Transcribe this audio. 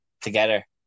together